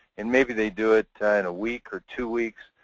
and maybe they do it in a week or two weeks,